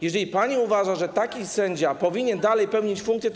Jeżeli pani uważa, że taki sędzia powinien dalej pełnić funkcję, to.